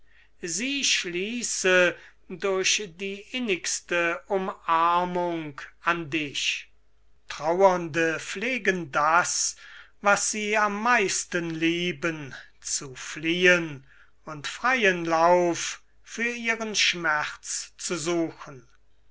sie schließe durch die innigste umarmung an dich trauernde pflegen das was sie am meisten lieben zu flichen und freien lauf für ihren schmerz zu suchen